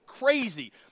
crazy